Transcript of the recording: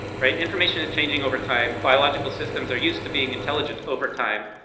right? information is changing over time. biological systems are used to being intelligent over time.